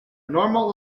normal